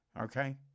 okay